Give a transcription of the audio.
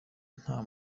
nta